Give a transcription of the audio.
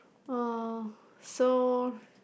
uh so